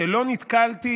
שלא נתקלתי,